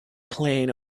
plane